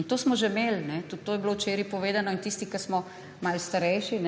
In to smo že imeli. Tudi to je bilo včeraj povedano. Tisti, ki smo malo starejši,